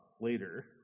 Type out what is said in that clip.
later